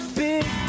big